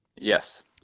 Yes